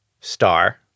star